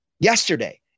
yesterday